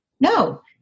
No